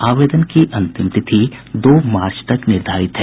आवेदन की अंतिम तिथि दो मार्च तक निर्धारित है